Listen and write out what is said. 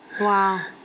Wow